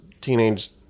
teenage